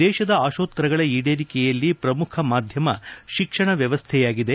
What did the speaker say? ದೇಶದ ಆಶೋತ್ತರಗಳ ಈಡೇರಿಕೆಯಲ್ಲಿ ಪ್ರಮುಖ ಮಾಧಮ ಶಿಕ್ಷಣ ವ್ಯವಸ್ಥೆಯಾಗಿದೆ